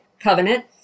covenant